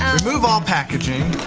remove all packaging,